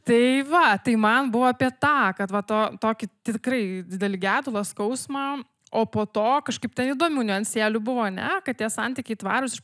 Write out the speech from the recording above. tai va tai man buvo apie tą kad va to tokį tikrai didelį gedulą skausmą o po to kažkaip ten įdomių niuansėlių buvo ane kad tie santykiai tvarūs iš